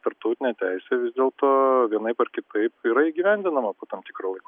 tarptautinė teisė vis dėlto vienaip ar kitaip yra įgyvendinama po tam tikro laiko